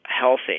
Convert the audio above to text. healthy